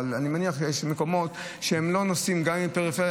אבל אני מניח שיש מקומות שגם אם הם פריפריה